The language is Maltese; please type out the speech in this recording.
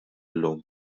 llum